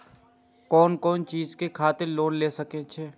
कोन कोन चीज के खातिर लोन ले सके छिए?